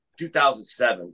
2007